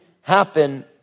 happen